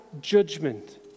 judgment